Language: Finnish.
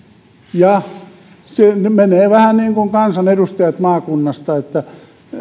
ja ne menevät vähän niin kuin kansanedustajat maakunnasta eli ei ole